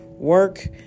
Work